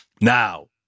Now